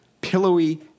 pillowy